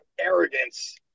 arrogance